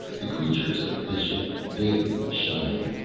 the creatures of vision, vaguely shining,